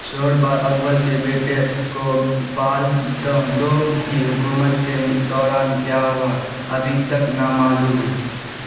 سورپا اول کے بیٹے گوپال دوم کی حکومت کے دوران کیا ہوا ابھی تک نامعلوم ہے